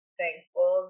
thankful